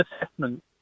assessment